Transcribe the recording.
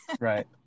right